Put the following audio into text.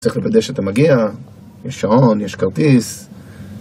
צריך לוודא שאתה מגיע, יש שעון, יש כרטיס